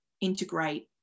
integrate